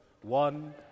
one